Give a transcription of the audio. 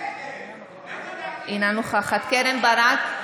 אינה נוכחת קרן ברק,